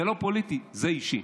זה לא פוליטי, זה אישי.